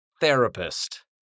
therapist